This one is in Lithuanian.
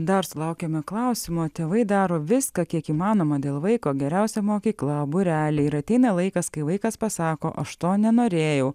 dar sulaukėme klausimo tėvai daro viską kiek įmanoma dėl vaiko geriausia mokykla būreliai ir ateina laikas kai vaikas pasako aš to nenorėjau